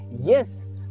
Yes